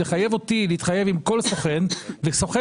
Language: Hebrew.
לחייב אותי להתחייב עם כל סוכן כאשר